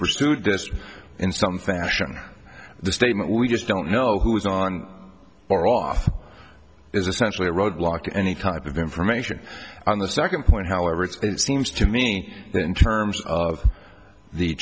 pursued this in some fashion the statement we just don't know who is on or off is essentially a roadblock any type of information on the second point however it's seems to me in terms of the